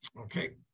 Okay